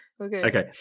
Okay